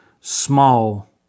small